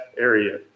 area